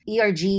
ERG